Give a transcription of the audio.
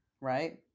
Right